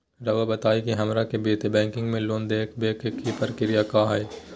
रहुआ बताएं कि हमरा के वित्तीय बैंकिंग में लोन दे बे के प्रक्रिया का होई?